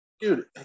dude